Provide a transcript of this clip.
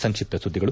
ಸಂಕ್ಷಿಪ್ತ ಸುದ್ದಿಗಳು